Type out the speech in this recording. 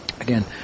again